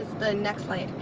the next light.